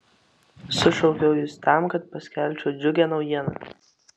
sušaukiau jus tam kad paskelbčiau džiugią naujieną